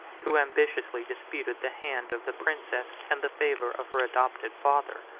who ambitiously disputed the hand of the princess, and the favor of her adopted father.